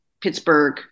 Pittsburgh